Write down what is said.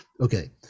okay